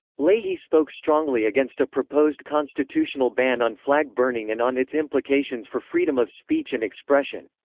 leahy spoke strongly against a proposed constitutional ban on flag burning and on its implications for freedom of speech and expression.